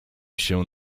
się